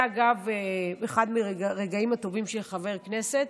אגב, זה אחד מהרגעים הטובים של חבר הכנסת,